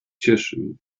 cieszył